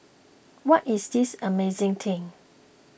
what is this amazing thing